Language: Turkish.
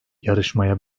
yarışmaya